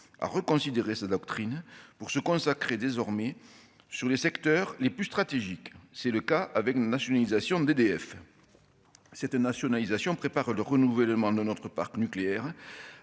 à reconsidérer sa doctrine pour se consacrer désormais sur les secteurs les plus stratégiques, c'est le cas avec la nationalisation d'EDF cette nationalisation prépare le renouvellement de notre parc nucléaire,